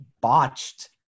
botched